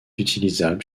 utilisable